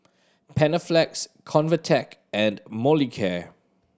Panaflex Convatec and Molicare